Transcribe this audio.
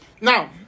now